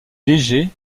léger